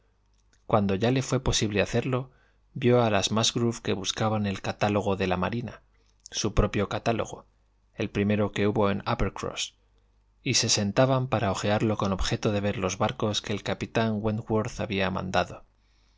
cuando ya le fué posible hacerlo vió a las musgrove que buscaban el catálogo de la marinasu propio catálogo el primero que hubo en uppercross y se sentaban para hojearlo con objeto de vellos barcos que el capitán wentworth había mandado